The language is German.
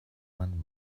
man